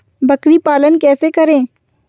बकरी पालन कैसे करें?